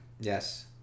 Yes